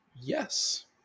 Yes